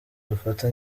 dufata